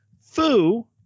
Fu